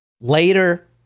later